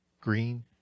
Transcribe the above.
green